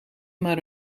maar